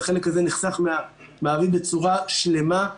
והחלק הזה נחסך בצורה שלמה.